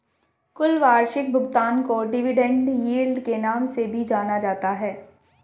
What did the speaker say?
कुल वार्षिक भुगतान को डिविडेन्ड यील्ड के नाम से भी जाना जाता है